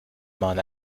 man